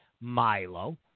Milo